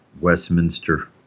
Westminster